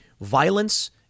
Violence